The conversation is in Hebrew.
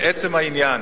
לעצם העניין,